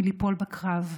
מליפול בקרב,